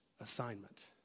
assignment